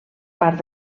part